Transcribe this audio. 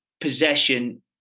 possession